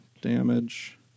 damage